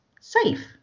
safe